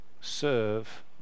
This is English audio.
serve